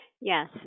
Yes